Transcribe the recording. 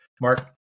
Mark